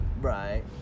Right